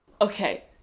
okay